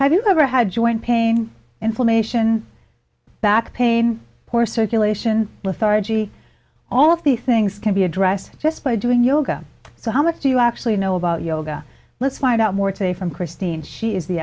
have you ever had joint pain inflammation back pain poor circulation plethora g all of these things can be addressed just by doing yoga so how much do you actually know about yoga let's find out more today from christine she is the